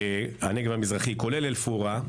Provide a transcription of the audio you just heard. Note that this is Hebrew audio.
כולל אל-פורעה.